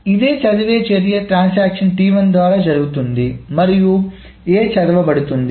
ఈ చదివే చర్య ట్రాన్సాక్షన్ ద్వారా జరుగుతుంది మరియు A చదవబడుతుంది